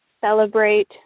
celebrate